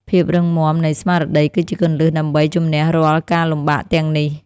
ភាពរឹងមាំនៃស្មារតីគឺជាគន្លឹះដើម្បីជម្នះរាល់ការលំបាកទាំងនេះ។